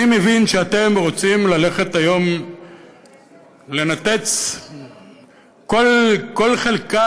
אני מבין שאתם רוצים ללכת היום לנתץ כל חלקה,